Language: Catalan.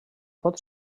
pot